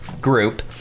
group